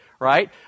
Right